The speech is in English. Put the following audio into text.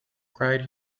cried